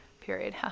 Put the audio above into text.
period